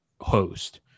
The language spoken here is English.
host